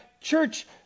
church